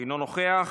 אינו נוכח.